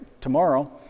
tomorrow